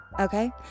okay